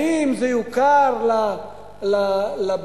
האם זה יוכר לבן-אדם?